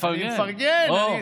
אני מפרגן.